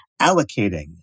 allocating